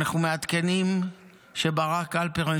אנחנו מעדכנים שברק הלפרן,